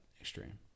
extreme